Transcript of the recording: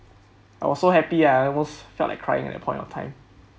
I was so happy I almost felt like crying at the point of time